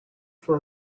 for